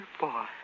boy